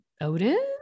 Odin